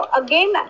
again